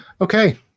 Okay